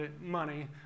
money